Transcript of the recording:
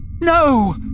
No